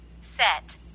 set